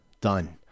done